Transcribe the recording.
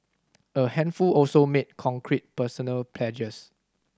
a handful also made concrete personal pledges